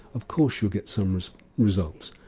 of course you'll get some results.